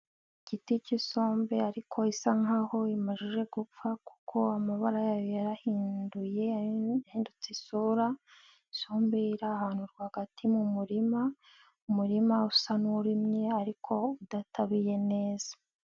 Igiti cy'isombe ariko isa nkaho imajije gupfa, kuko amabara yayo yarahinduye, yahindutse isura, isombe iri ahantu rwagati mu murima, umurima usa n'urimye ariko udatabiye neza.